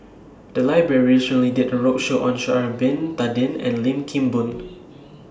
The Library recently did A roadshow on Sha'Ari Bin Tadin and Lim Kim Boon